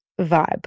vibe